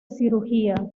cirugía